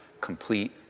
complete